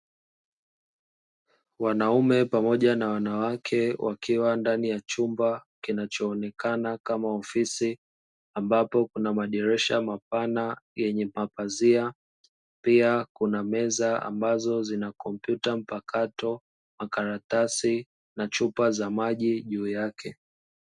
Wanaume pamoja na wanawake wakiwa ndani ya chumba kinachoonekana kama ofisi, amabapo kuna madirisha mapana yenye mapazia, pia kuna meza ambazo zina kompyuta mpakato, makaratasi na chupa za maji juu yake.